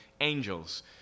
angels